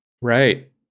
Right